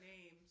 names